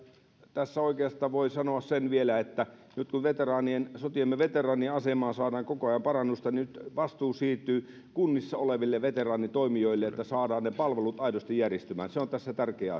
tässä oikeastaan voisi sanoa sen vielä että nyt kun sotiemme veteraanien asemaan saadaan koko ajan parannusta niin vastuu siirtyy kunnissa oleville veteraanitoimijoille niin että saadaan ne palvelut aidosti järjestymään se on tässä tärkeä